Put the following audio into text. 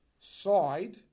side